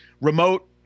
remote